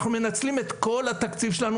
אנחנו מנצלים את כל התקציב שלנו.